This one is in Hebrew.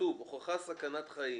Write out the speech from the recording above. אם הוכחה סכנת חיים